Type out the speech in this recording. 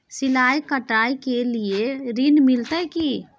सिलाई, कढ़ाई के लिए ऋण मिलते की?